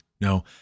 No